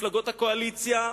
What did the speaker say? מפלגות הקואליציה.